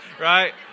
right